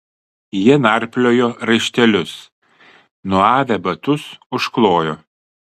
jie narpliojo raištelius nuavę batus užklojo